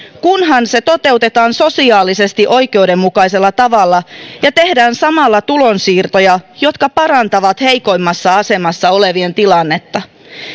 kunhan se toteutetaan sosiaalisesti oikeudenmukaisella tavalla ja tehdään samalla tulonsiirtoja jotka parantavat heikoimmassa asemassa olevien tilannetta